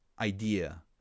idea